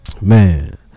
man